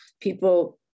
people